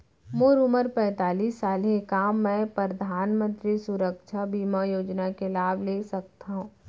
मोर उमर पैंतालीस साल हे का मैं परधानमंतरी सुरक्षा बीमा योजना के लाभ ले सकथव?